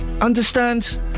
understand